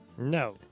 No